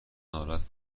ناراحت